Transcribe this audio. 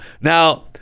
Now